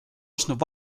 ostnud